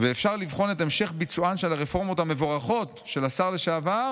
"ואפשר לבחון את המשך ביצוען של הרפורמות המבורכות של השר לשעבר